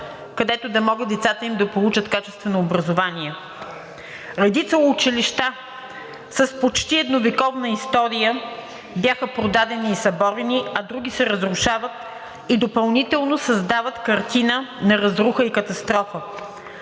където да могат децата им да получат качествено образование. Редица училища с почти едновековна история бяха продадени и съборени, а други се разрушават и допълнително създават картина на разруха и катастрофа.